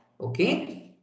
okay